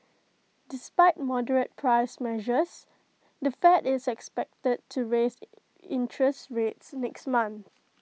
despite moderate price pressures the fed is expected to raise interest rates next month